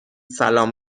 سلام